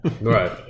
right